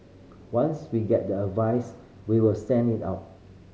once we get the advice we will send it out